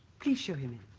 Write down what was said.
please show him in